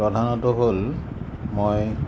প্ৰধানতঃ হ'ল মই